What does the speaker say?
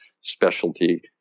specialty